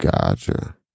Gotcha